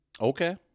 Okay